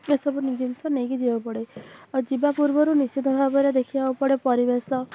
ଏସବୁ ଜିନିଷ ନେଇକି ଯିବାକୁ ପଡ଼େ ଆଉ ଯିବା ପୂର୍ବରୁ ନିଶ୍ଚିତ ଭାବରେ ଦେଖିବାକୁ ପଡ଼େ ପରିବେଶ